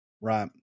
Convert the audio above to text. right